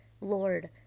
Lord